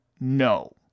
No